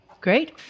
Great